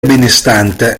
benestante